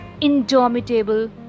indomitable